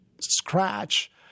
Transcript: scratch